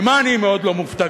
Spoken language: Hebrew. ממה אני מאוד לא מופתע?